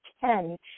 ten